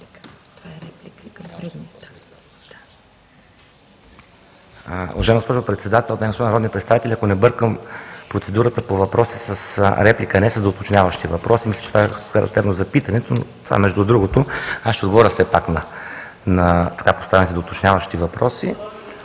за дуплика. МИНИСТЪР НИКОЛАЙ НАНКОВ: Уважаема госпожо Председател, господа народни представители! Ако не бъркам процедурата по въпроса с реплика, а не с доуточняващи въпроси, мисля, че това е характерно за питането, но това е между другото. Аз ще отговоря все пак на така поставените доуточняващи въпроси.